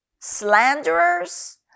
slanderers